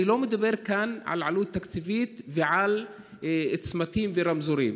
אני לא מדבר כאן על עלות תקציבית ועל צמתים ורמזורים.